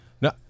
No